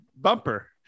Bumper